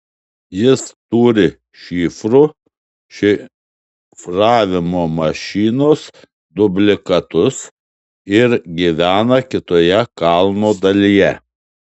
jis turi šifrų šifravimo mašinos dublikatus ir gyvena kitoje kalno dalyje